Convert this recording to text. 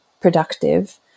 productive